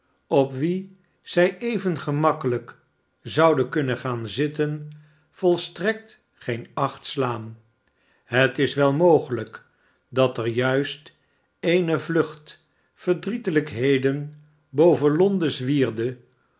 op wien zij even gemakkelijk zouden kunnen gaan zitten volstrekt geen acht slaan het is wel mogelijk dat er juist eene vlucht verdrietelijkheden bovenlonden zwierde